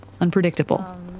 unpredictable